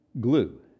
glue